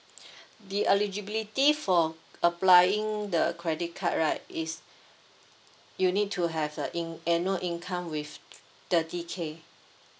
the eligibility for applying the credit card right is you need to have a in~ annual income with thirty K